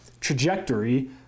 trajectory